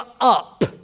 up